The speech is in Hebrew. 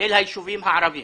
אל היישובים הערביים